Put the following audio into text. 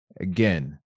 Again